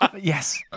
Yes